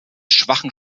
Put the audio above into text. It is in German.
schwachen